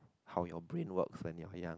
how your brain work when you're young